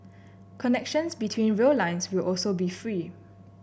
connections between rail lines will also be free